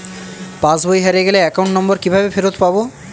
পাসবই হারিয়ে গেলে account number কিভাবে ফেরত পাব?